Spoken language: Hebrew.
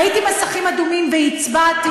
ראיתי מסכים אדומים והצבעתי.